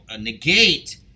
negate